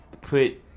put